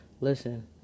Listen